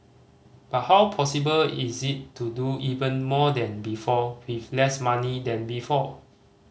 but how possible is it to do even more than before with less money than before